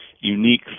unique